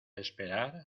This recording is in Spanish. esperar